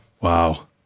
Wow